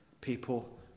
People